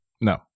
No